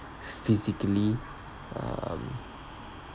physically um